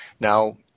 Now